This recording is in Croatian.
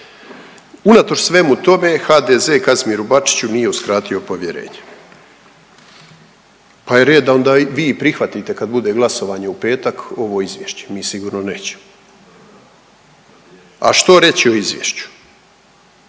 Unatoč svemu tome, HDZ Kazimiru Bačiću nije uskratio povjerenje pa je red da onda vi i prihvatite kad bude glasovanje u petak ovo izvješće. Mi sigurno nećemo. A što reći o izvješću?